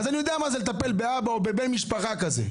אז אני יודע מה זה לטפל באבא או בבן משפחה כזה.